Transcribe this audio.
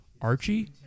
Archie